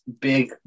Big